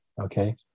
okay